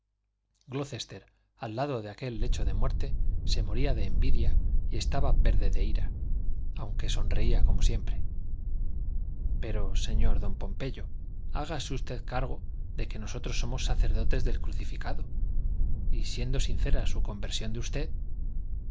al lado de aquel lecho de muerte se moría de envidia y estaba verde de ira aunque sonreía como siempre pero señor don pompeyo hágase usted cargo de que todos somos sacerdotes del crucificado y siendo sincera su conversión de usted